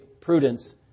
Prudence